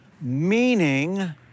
meaning